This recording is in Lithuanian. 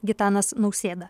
gitanas nausėda